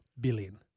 Billion